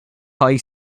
high